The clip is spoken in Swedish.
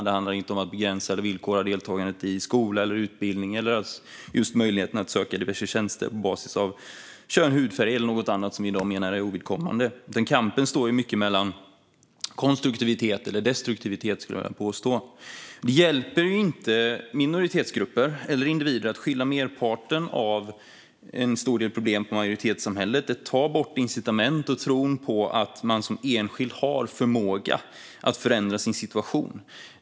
Det handlar inte om att begränsa eller villkora deltagandet i skola eller utbildning eller möjligheten att söka diverse tjänster på basis av kön, hudfärg eller något annat som vi i dag menar är ovidkommande. Kampen står mycket mellan konstruktivitet och destruktivitet, skulle jag vilja påstå. Det hjälper inte minoritetsgrupper eller individer att skylla merparten eller en stor del av problemen på majoritetssamhället. Det tar bort incitament och tron på att man som enskild har förmåga att förändra sin situation.